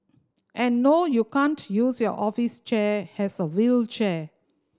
and no you can't use your office chair has a wheelchair